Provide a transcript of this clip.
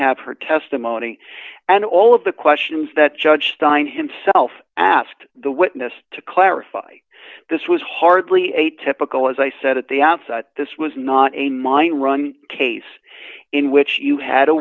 have her testimony and all of the questions that judge stein himself asked the witness to clarify this was hardly a typical as i said at the outset this was not a mine run case in which you had a